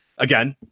Again